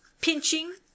pinching